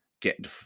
get